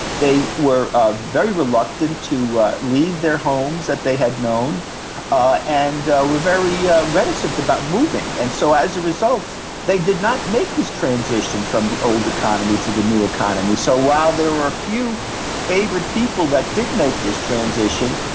they were ah very reluctant to leave their homes that they had known ah and were very ah reticent about moving. and so as a result they did not make this transition from the old economy to the new economy. so while there were a few favoured people that did make this transition,